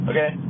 Okay